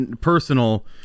personal